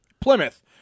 Plymouth